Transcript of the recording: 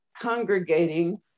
congregating